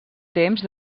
temps